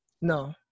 no